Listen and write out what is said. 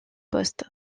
poste